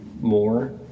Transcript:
more